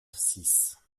six